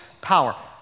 power